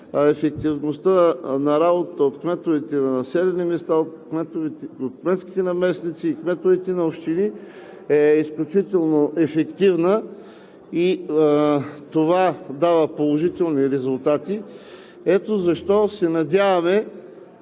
ефективността на работата от кметовете на населени места, от кметските наместници и кметовете на общини е изключително ефективна и това дава положителни резултати. Ето защо се надяваме